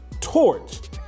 torch